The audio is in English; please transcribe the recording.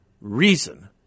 reason